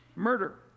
murder